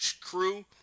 crew